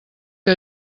que